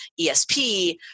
ESP